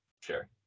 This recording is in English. sure